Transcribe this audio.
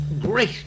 great